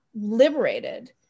liberated